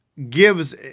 gives